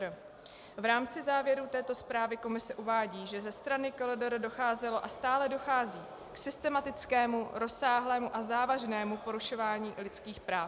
V rámci závěrů této zprávy komise uvádí, že ze strany KLDR docházelo a stále dochází k systematickému, rozsáhlému a závažnému porušování lidských práv.